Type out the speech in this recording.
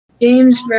James